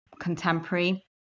contemporary